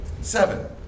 Seven